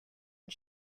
and